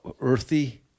earthy